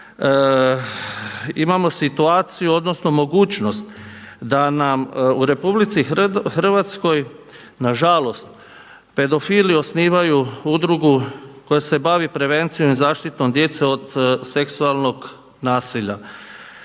imamo situaciju odnosno mogućnost da nam u RH nažalost pedofili osnivaju udrugu koja se bavi prevencijom i zaštitom djece od seksualnog nasilja.